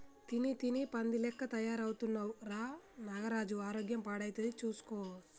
తిని తిని పంది లెక్క తయారైతున్నవ్ రా నాగరాజు ఆరోగ్యం పాడైతది చూస్కో